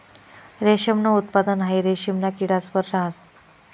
रेशमनं उत्पादन हाई रेशिमना किडास वर रहास